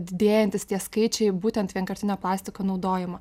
didėjantys tie skaičiai būtent vienkartinio plastiko naudojimo